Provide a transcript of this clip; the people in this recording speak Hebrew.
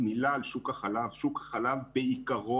מילה על שוק החלב שוק החלב בעיקרו,